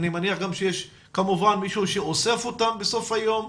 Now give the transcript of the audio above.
אני מניח שיש כמובן מישהו שאוסף אותם בסוף היום.